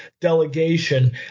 delegation